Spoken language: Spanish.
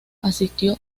asistió